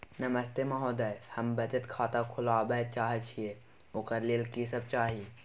नमस्ते महोदय, हम बचत खाता खोलवाबै चाहे छिये, ओकर लेल की सब चाही?